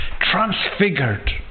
transfigured